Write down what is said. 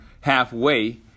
halfway